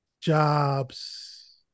jobs